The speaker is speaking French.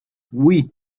oui